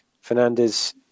Fernandez